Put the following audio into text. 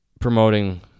promoting